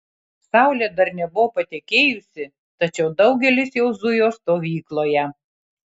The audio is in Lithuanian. saulė dar nebuvo patekėjusi tačiau daugelis jau zujo stovykloje